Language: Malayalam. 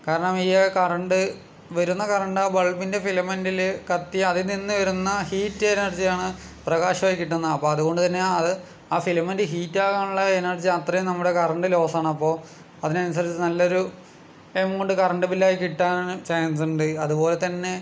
കാരണം ഈ കറൻറ്റ് വരുന്ന കറൻറ്റ് ബൾബിൻ്റെ ഫിലമെൻറ്റിൽ കത്തി അതിൽ നിന്ന് വരുന്ന ഹീറ്റ് എനർജിയാണ് പ്രകാശമായി കിട്ടുന്നത് അപ്പോൾ അതുകൊണ്ട് തന്നെ അത് ആ ഫിലമെൻറ്റ് ഹീറ്റാകാനുള്ള എനർജി അത്രയും നമ്മുടെ കറൻറ്റ് ലോസാണ് അപ്പോൾ അതിനനുസരിച്ച് നല്ലൊരു എമൗണ്ട് കറൻറ്റ് ബില്ലായി കിട്ടാനും ചാൻസുണ്ട് അതുപോലെ തന്നെ